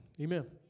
Amen